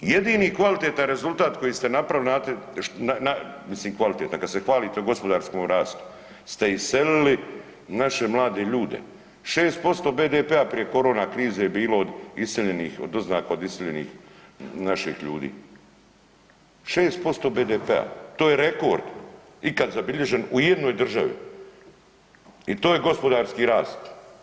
Jedini kvalitetni rezultat koji ste napravili znate, mislim kvalitetan kad se hvalite o gospodarskom rastu ste iselili naše mlade ljude, 6% BDP-a prije korona krize je bilo od iseljenih od doznaka od iseljenih naših ljudi, 6% BDP-a, to je rekord ikad zabilježen u jednoj državi i to je gospodarski rast.